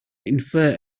infer